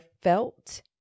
felt